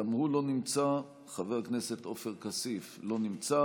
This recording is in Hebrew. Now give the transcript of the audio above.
גם הוא לא נמצא, חבר הכנסת עופר כסיף לא נמצא,